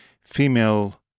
female